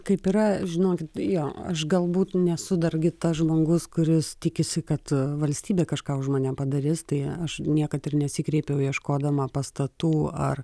kaip yra žinokit jo aš gal būt nesu dar gi tas žmogus kuris tikisi kad valstybė kažką už mane padarys tai aš niekad ir nesikreipiau ieškodama pastatų ar